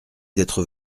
d’être